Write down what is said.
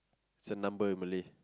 it's a number in Malay